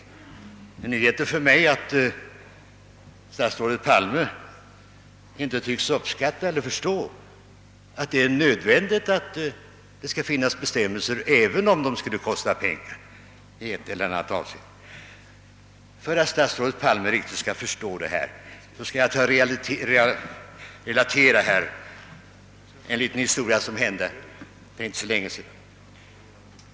Däremot är det en nyhet för mig att statsrådet Palme inte tycks uppskatta eller förstå att det är nödvändigt att det skall finnas bestämmelser, även om deras tilllämpning i ett eller annat avseende skulle kosta pengar. För att statsrådet Palme riktigt skall förstå detta skall jag här relatera en liten historia som hände för inte så länge sedan.